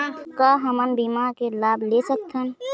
का हमन बीमा के लाभ ले सकथन?